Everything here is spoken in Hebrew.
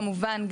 כמובן,